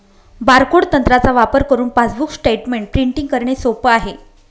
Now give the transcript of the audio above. barcode तंत्राचा वापर करुन पासबुक स्टेटमेंट प्रिंटिंग करणे सोप आहे